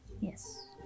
Yes